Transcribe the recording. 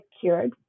cured